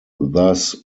thus